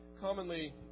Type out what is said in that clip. commonly